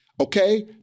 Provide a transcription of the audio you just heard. okay